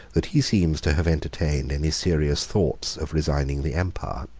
that he seems to have entertained any serious thoughts of resigning the empire.